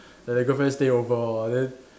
like the girlfriend stay over hor then